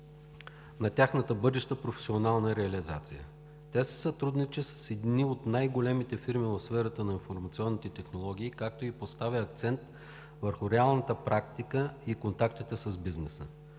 на тяхната бъдеща професионална реализация. Тя си сътрудничи с едни от най-големите фирми в сферата на информационните технологии, както и поставя акцент върху реалната практика и контактите с бизнеса.